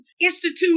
institute